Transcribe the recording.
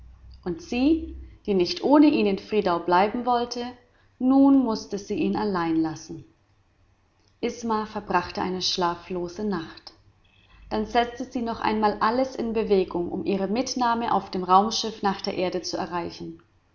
und sie die nicht ohne ihn in friedau bleiben wollte nun mußte sie ihn allein lassen isma verbrachte eine schlaflose nacht dann setzte sie noch einmal alles in bewegung um ihre mitnahme auf dem raumschiff nach der erde zu erreichen